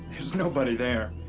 there's nobody there.